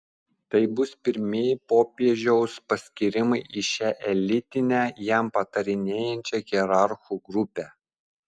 tai bus pirmieji popiežiaus paskyrimai į šią elitinę jam patarinėjančią hierarchų grupę